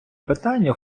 питання